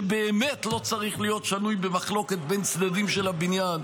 שבאמת לא צריך להיות שנוי במחלוקת בין צדדים של הבניין,